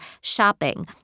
shopping